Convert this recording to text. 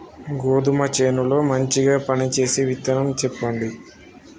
గోధుమ చేను లో మంచిగా పనిచేసే విత్తనం చెప్పండి?